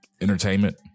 entertainment